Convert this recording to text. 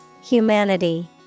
Humanity